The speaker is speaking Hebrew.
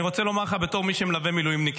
אני רוצה לומר לך בתור מי שמלווה מילואימניקים,